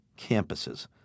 campuses